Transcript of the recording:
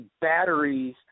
batteries